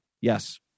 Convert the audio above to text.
Yes